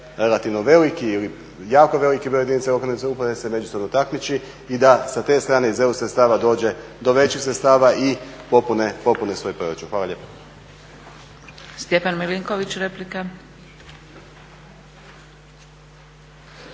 relativno veliki ili jako veliki broj jedinica lokalne samouprave se međusobno takmiči, i da sa te strane iz EU sredstava dođe do većih sredstava i popune svoj proračun. Hvala lijepa. **Zgrebec, Dragica